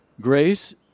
Grace